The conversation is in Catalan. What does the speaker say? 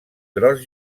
gros